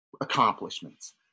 accomplishments